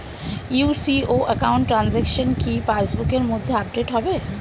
UCO account transaction কি pass বুকের মধ্যে আপডেট হবে?